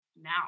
now